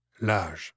l'âge